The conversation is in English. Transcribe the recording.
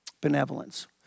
Benevolence